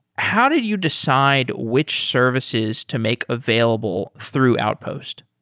how did you decide which services to make available through outpost?